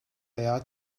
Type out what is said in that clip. veya